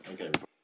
Okay